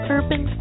Urban